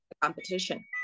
competition